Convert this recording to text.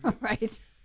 Right